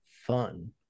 fun